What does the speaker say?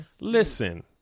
Listen